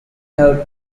helped